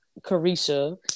Carisha